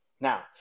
now